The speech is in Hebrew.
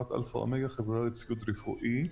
בחברת אלפא אומגא, חברה לציוד רפואי.